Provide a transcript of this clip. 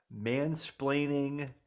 mansplaining